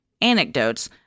anecdotes